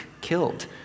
killed